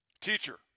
Teacher